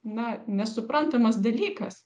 na nesuprantamas dalykas